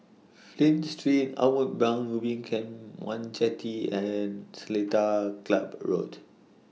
Flint Street Outward Bound Ubin Camp one Jetty and Seletar Club Road